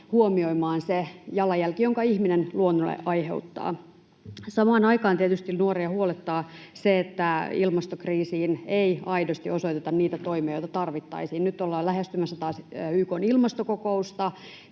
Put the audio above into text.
huomioimaan se jalanjälki, jonka ihminen luonnolle aiheuttaa? Samaan aikaan tietysti nuoria huolettaa se, että ilmastokriisiin ei aidosti osoiteta niitä toimia, joita tarvittaisiin. Nyt ollaan lähestymässä taas YK:n ilmastokokousta.